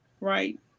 Right